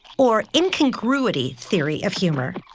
or incongruity theory of humor,